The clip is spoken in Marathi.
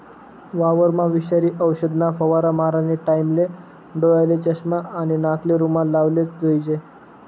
वावरमा विषारी औषधना फवारा मारानी टाईमले डोयाले चष्मा आणि नाकले रुमाल लावलेच जोईजे